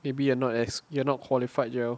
maybe you're not as you're not qualified jarrell